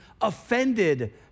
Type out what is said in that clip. offended